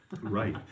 Right